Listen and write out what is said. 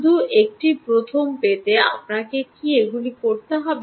শুধু একটি প্রথম পেতে আপনাকে কি এগুলি করতে হবে